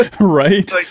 Right